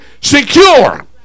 secure